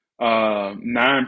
nine